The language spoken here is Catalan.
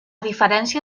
diferència